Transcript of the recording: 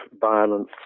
violence